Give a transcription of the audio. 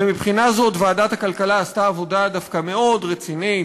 ומבחינה זו ועדת הכלכלה עשתה דווקא עבודה מאוד רצינית,